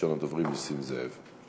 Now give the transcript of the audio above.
ראשון הדוברים, נסים זאב.